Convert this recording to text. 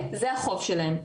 זה החוב שלהם,